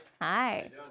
hi